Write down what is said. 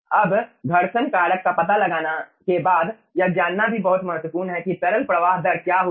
अब घर्षण कारक का पता लगाने के बाद यह जानना भी बहुत महत्वपूर्ण है कि तरल प्रवाह दर क्या होगी